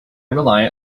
rely